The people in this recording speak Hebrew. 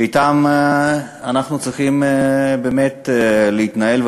שאתם אנחנו צריכים להתנהל,